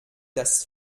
das